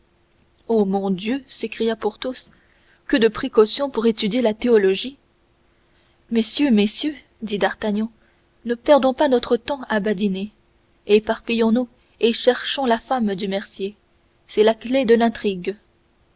oh mon dieu s'écria porthos que de précautions pour étudier la théologie messieurs messieurs dit d'artagnan ne perdons pas notre temps à badiner éparpillons nous et cherchons la femme du mercier c'est la clef de l'intrigue